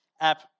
app